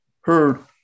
heard